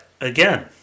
again